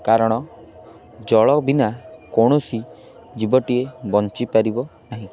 କାରଣ ଜଳ ବିନା କୌଣସି ଜୀବଟିଏ ବଞ୍ଚିପାରିବ ନାହିଁ